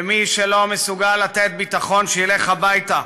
מי שלא מסוגל לתת ביטחון, שילך הביתה.